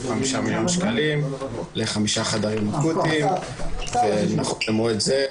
5 מיליון שקלים לחמישה חדרים אקוטיים ובמועד זה,